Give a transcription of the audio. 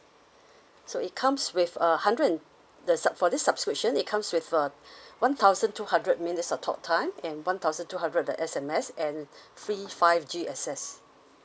so it comes with a hundred and the sub~ for this subscription it comes with uh one thousand two hundred minutes of talk time and one thousand two hundred S_M_S and free five G access